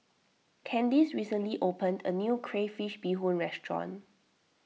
Candice recently opened a new Crayfish BeeHoon restaurant